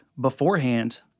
beforehand